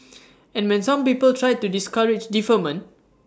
and men some people tried to discourage deferment